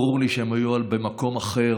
אבל ברור לי שהם היו במקום אחר.